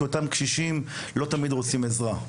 משום שישנם קשישים שלא תמיד רוצים עזרה.